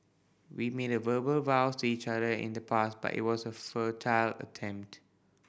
we made verbal vows to each other in the past but it was a futile attempt